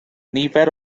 nifer